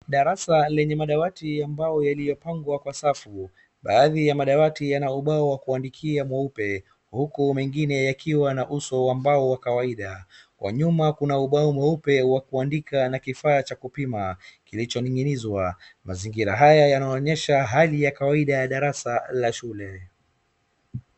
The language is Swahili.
Darasa lenye madawati ambayo yamepangwa kwa safu madawati yana ubao wa kuandikia meupe huku mengine yakiwa na uso wa mbao wa kawaida ,nyuma kuna ubao mweupe wa kuandika na kifaa cha kupima kilicho ninginizwa mazingira haya yanaonyesha hali ya kawaida ya darasa la shule.